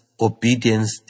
obedience